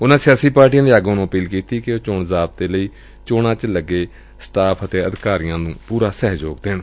ਉਨੂਾ ਰਾਜਨੀਤਕ ਪਾਰਟੀਆਂ ਦੇ ਆਗੁਆਂ ਨੂੰ ਅਪੀਲ ਕੀਤੀ ਕਿ ਉਹ ਚੂਣ ਜ਼ਾਬਤੇ ਲਈ ਚੋਣਾਂ ਵਿਚ ਲੱਗੇ ਸਟਾਫ ਤੇ ਅਧਿਕਾਰੀਆਂ ਨੂੰ ਸਹਿਯੋਗ ਦੇਣ